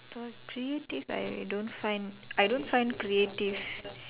for creative I don't find I don't find creative